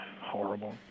horrible